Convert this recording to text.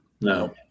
No